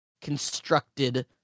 constructed